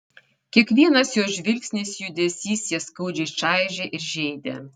kiekvienas jo žvilgsnis judesys ją skaudžiai čaižė ir žeidė